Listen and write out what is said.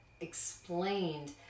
explained